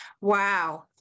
Wow